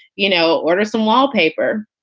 you know, order some wallpaper.